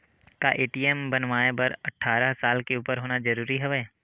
का ए.टी.एम बनवाय बर अट्ठारह साल के उपर होना जरूरी हवय?